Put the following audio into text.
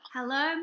Hello